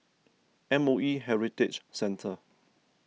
M O E Heritage Centre